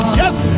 yes